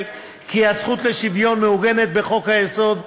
היא כי הזכות לשוויון מעוגנת בחוק-היסוד,